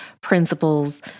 principles